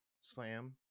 slam